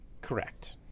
Correct